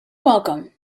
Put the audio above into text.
welcome